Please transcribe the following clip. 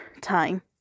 time